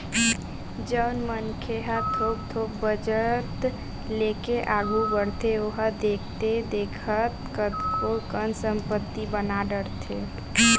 जउन मनखे ह थोक थोक बचत लेके आघू बड़थे ओहा देखथे देखत कतको कन संपत्ति बना डरथे